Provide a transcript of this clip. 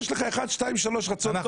יש לך 1, 2, 3 רצון טוב אתה אומר?